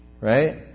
right